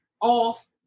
off